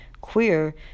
queer